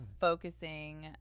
focusing